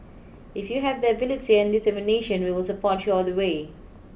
if you have the ability and determination we will support you all the way